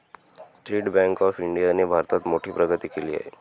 state Bank of इंडियाने भारतात मोठी प्रगती केली आहे